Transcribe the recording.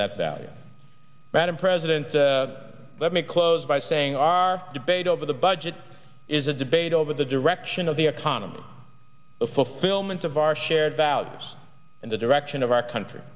that madam president let me close by saying our debate over the budget is a debate over the direction of the economy the fulfillment of our shared values and the direction of our country